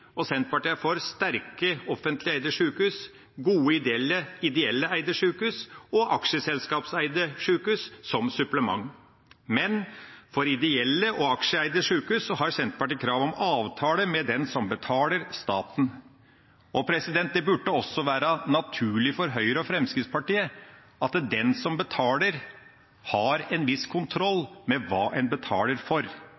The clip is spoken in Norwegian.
psykiatri. Senterpartiet er for sterke offentlig eide sjukehus, med gode ideelt eide og aksjeselskapseide sjukehus som supplement, men for ideelt eide og aksjeselskapseide sjukehus har Senterpartiet krav om avtale med den som betaler – staten. Og det burde også være naturlig for Høyre og Fremskrittspartiet at den som betaler, har en viss kontroll med hva en betaler for.